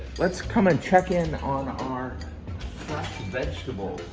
let's come and check in on our fresh vegetables.